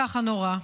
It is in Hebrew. ככה נורא.